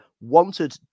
wanted